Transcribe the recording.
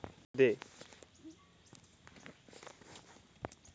मैं अपन फसल ल ऑनलाइन कइसे बेच सकथव?